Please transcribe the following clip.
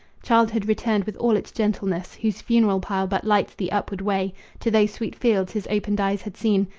childhood returned with all its gentleness, whose funeral-pile but lights the upward way to those sweet fields his opened eyes had seen,